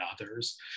others